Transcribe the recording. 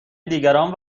دیگران